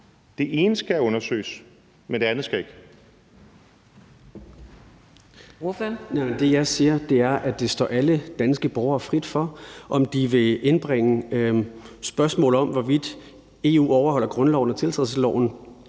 Det ene skal undersøges, men det andet skal ikke.